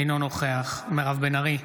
אינו נוכח מירב בן ארי,